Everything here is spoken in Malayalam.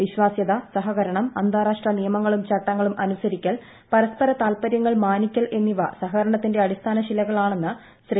വിശ്വാസ്യത സഹകരണം അന്താരാഷ്ട്ര നിയമങ്ങളും ചട്ടങ്ങളും അനുസരിക്കൽ പരസ്പര താത്പരൃങ്ങൾ മാനിക്കൽ എന്നിവ സഹകരണത്തിന്റെ അടിസ്ഥാന ശിലകളാണെന്ന് ശ്രീ